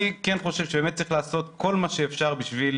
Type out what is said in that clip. אני כן חושב שצריך לעשות כל מה שאפשר בשביל